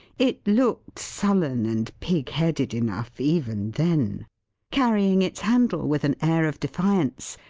it looked sullen and pig-headed enough, even then carrying its handle with an air of defiance,